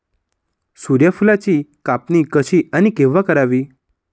सूर्यफुलाची कापणी कशी आणि केव्हा करावी?